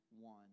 one